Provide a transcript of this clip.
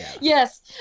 yes